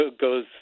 goes